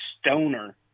stoner